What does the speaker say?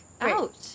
out